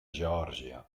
geòrgia